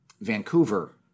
Vancouver